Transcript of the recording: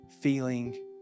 feeling